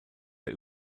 der